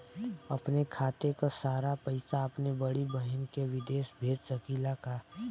अपने खाते क सारा पैसा अपने बड़ी बहिन के विदेश भेज सकीला का?